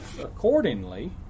accordingly